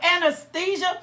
anesthesia